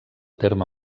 terme